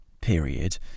period